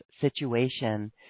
situation